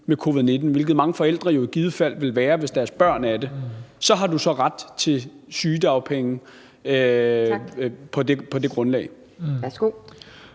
med covid-19, hvilket mange forældre i givet fald vil være, hvis deres børn er det, så har du ret til sygedagpenge på det grundlag.